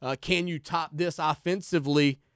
can-you-top-this-offensively